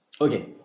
Okay